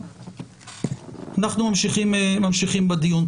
אנחנו ממשיכים בדיון.